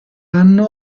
anno